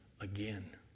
again